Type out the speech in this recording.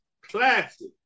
classic